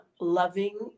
loving